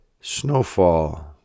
Snowfall